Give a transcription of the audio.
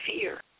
fear